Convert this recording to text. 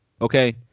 okay